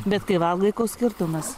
bet kai valgai koks skirtumas